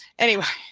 anyway,